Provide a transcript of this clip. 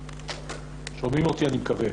נשים.